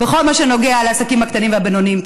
בכל מה שנוגע לעסקים הקטנים והבינוניים.